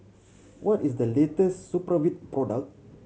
what is the latest Supravit product